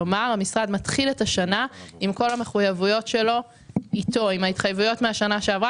כלומר המשרד מתחיל את השנה עם כל המחויבויות שלו מן השנה שעברה